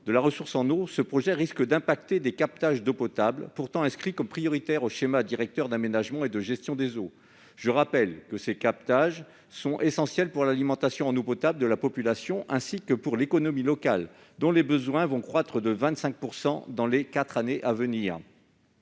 de la ressource en eau, ce projet risque d'impacter des captages d'eau potable, pourtant inscrits comme prioritaires dans le schéma directeur d'aménagement et de gestion des eaux (Sdage). Je rappelle que ces captages sont essentiels pour l'alimentation en eau potable de la population ainsi que pour l'économie locale, dont les besoins vont croître de 25 % dans les quatre années à venir.